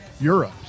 Europe